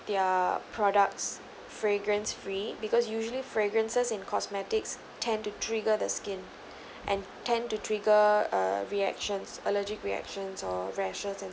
their products fragrance free because usually fragrances and cosmetics tend to trigger the skin and tend to trigger uh reactions allergic reactions or rashes and